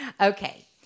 Okay